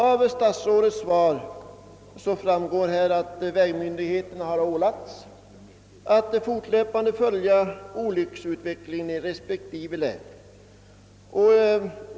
Av statsrådets svar framgår att vägmyndigheterna har ålagts att fortlöpande följa olycksutvecklingen i respektive län.